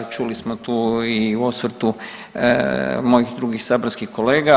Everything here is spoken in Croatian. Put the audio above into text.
Čuli smo tu i u osvrtu mojih drugih saborskih kolega.